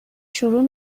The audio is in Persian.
شروع